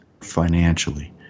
financially